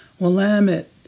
Willamette